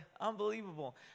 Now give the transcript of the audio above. unbelievable